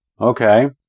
Okay